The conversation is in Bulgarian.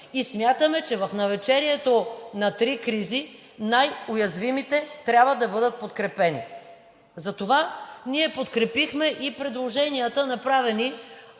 и смятаме, че в навечерието на три кризи, най-уязвимите трябва да бъдат подкрепени. Затова ние подкрепихме и предложенията, направени